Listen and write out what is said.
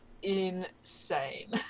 insane